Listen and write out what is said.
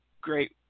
great